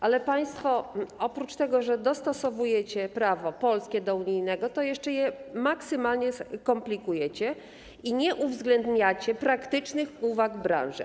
Ale państwo oprócz tego, że dostosowujecie prawo polskie do unijnego, to jeszcze je maksymalnie komplikujecie i nie uwzględniacie praktycznych uwag branży.